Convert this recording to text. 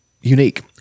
unique